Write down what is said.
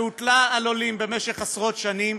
שהוטלה על עולים במשך עשרות שנים,